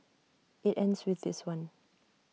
IT ends with this one